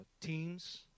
teams